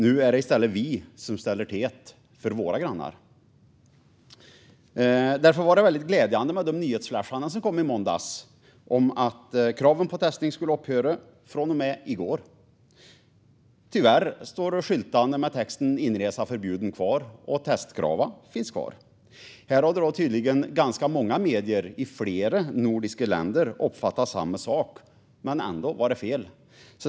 Nu är det i stället vi som ställer till det för våra grannar. Därför var det väldigt glädjande med de nyhetsflashar som kom i måndags om att kraven på testning skulle upphöra från och med i går. Tyvärr står skyltarna med texten Inresa förbjuden kvar, och testkraven finns kvar. Här har tydligen ganska många medier i flera nordiska länder uppfattat samma sak, men ändå var det fel.